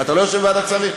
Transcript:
אתה לא יושב בוועדת שרים?